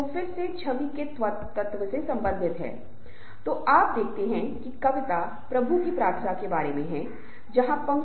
अब बहुत बार भ्रम की स्थिति समूह और टीम से संबंधित होती है वास्तव में एक समूह क्या है और वास्तव में एक टीम क्या है इसके बीच लोग भ्रमित हो जाते हैं